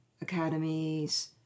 academies